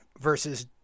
versus